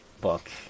book